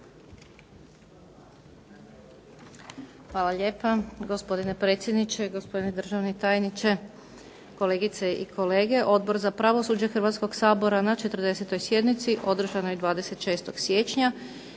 Hvala lijepa. Gospodine predsjedniče, gospodine državni tajniče, kolegice i kolege. Odbor za pravosuđe Hrvatskoga sabora na 40. sjednici održanoj 26. siječnja